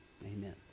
amen